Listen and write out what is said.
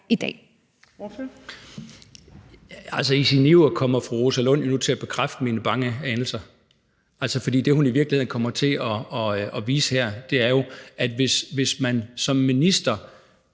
Dahl (DF): Altså, i sin iver kommer fru Rosa Lund til at bekræfte mine bange anelser. For det, hun i virkeligheden kommer til at vise her, er jo, at hvis man som minister